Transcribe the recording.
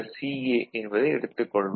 A என்பதை எடுத்துக் கொள்வோம்